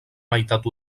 meitat